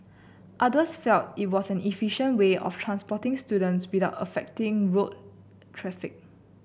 others felt it was an efficient way of transporting students without affecting road traffic